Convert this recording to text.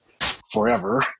forever